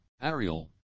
Arial